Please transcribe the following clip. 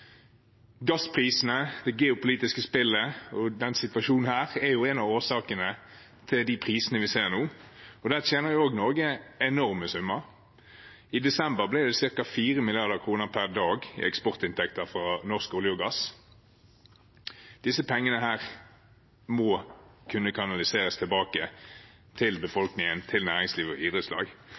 Gassprisene og situasjonen med det geopolitiske spillet er en av årsakene til de prisene vi ser nå. Der tjener Norge også enorme summer. I desember ble det ca. 4 mrd. kr per dag i eksportinntekter fra norsk olje og gass. Disse pengene må kunne kanaliseres tilbake til befolkningen, til næringsliv og idrettslag.